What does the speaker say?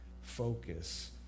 focus